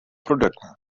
produkten